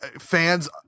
fans